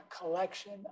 collection